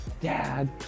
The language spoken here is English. dad